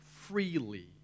freely